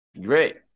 Great